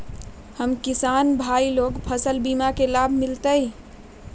हम किसान भाई लोग फसल बीमा के लाभ मिलतई?